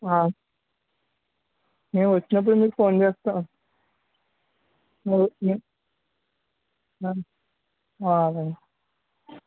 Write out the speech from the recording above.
నేను వచ్చినప్పుడు మీకు ఫోన్ చేస్తాను